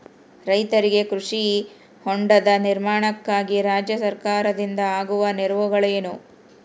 ರೈತರಿಗೆ ಕೃಷಿ ಹೊಂಡದ ನಿರ್ಮಾಣಕ್ಕಾಗಿ ರಾಜ್ಯ ಸರ್ಕಾರದಿಂದ ಆಗುವ ನೆರವುಗಳೇನು?